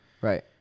Right